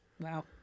Wow